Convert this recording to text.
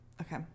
okay